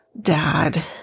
dad